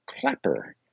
Clapper